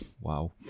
Wow